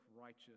righteous